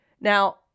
Now